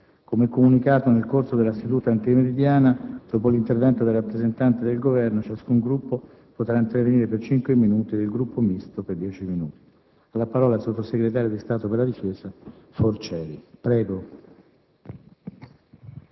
Come comunicato nel corso della seduta antimeridiana, dopo l'intervento del rappresentante del Governo, ciascun Gruppo potrà intervenire per cinque minuti ed il Gruppo Misto per dieci minuti. Ha facoltà di parlare il sottosegretario di Stato per la difesa Forcieri.